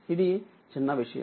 ఇది చిన్న విషయం